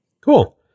Cool